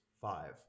five